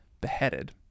beheaded